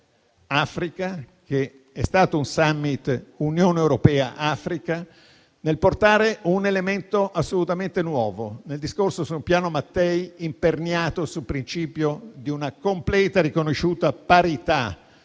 - è stato un *summit* Unione europea-Africa - un elemento assolutamente nuovo nel discorso sul Piano Mattei imperniato sul principio di una completa e riconosciuta parità